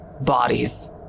bodies